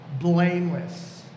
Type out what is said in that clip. blameless